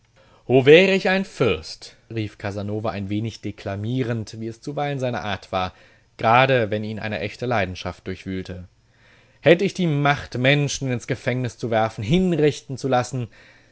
oh wär ich ein fürst rief casanova ein wenig deklamierend wie es zuweilen seine art war gerade wenn ihn eine echte leidenschaft durchwühlte hätt ich die macht menschen ins gefängnis werfen hinrichten zu lassen